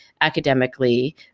academically